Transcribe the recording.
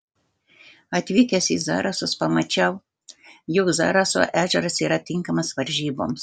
atvykęs į zarasus pamačiau jog zaraso ežeras yra tinkamas varžyboms